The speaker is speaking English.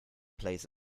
plays